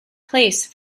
place